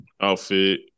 outfit